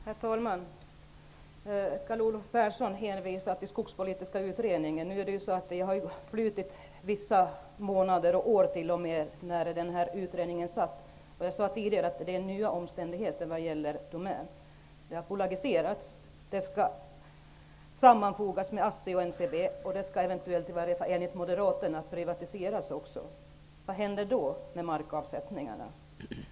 Herr talman! Carl Olov Persson hänvisar till Skogspolitiska utredningen. Men det har ju förflutit månader och t.o.m. år sedan utredningen blev färdig. Som jag sade tidigare gäller nya omständigheter för Domän. Det har bolagiserats, och det skall sammanföras med ASSI och NCB. Enligt Moderaterna skall det också privatiseras. Vad händer då med markavsättningarna?